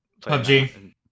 PUBG